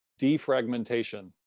defragmentation